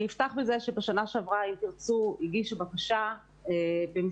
אפתח בזה שבשנה שעברה "אם תרצו" הגישו בקשה במסגרת